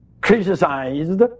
criticized